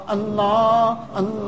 Allah